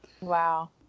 Wow